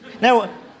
Now